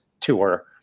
tour